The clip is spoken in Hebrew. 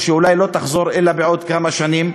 שאולי לא תחזור אלא בעוד כמה שנים,